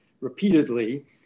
repeatedly